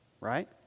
right